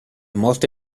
morte